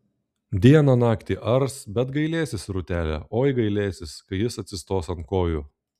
dieną naktį ars bet gailėsis rūtelė oi gailėsis kai jis atsistos ant kojų